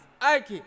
Ike